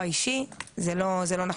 יש שם פרטי הזדהות,